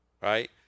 right